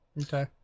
okay